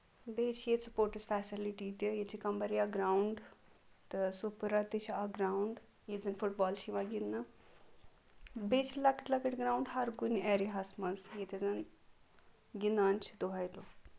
بیٚیہِ چھِ ییٚتہِ سُپوٹٕس فیسلٹی تہِ ییٚتہِ چھُ کَمبریا گراونڈ تہٕ سُپرا تہِ چھُ اکھ گراوُنڈ ییٚتہِ زَن فٹ بال چھِ یِوان گِندنہٕ بیٚیہِ چھِ لۄکٕٹۍ لۄکٕٹۍ گراوُنڈ ہر کُنہِ ایریا ہَس منٛز ییٚتہِ زَن گِندان چھِ دۄہے لُکھ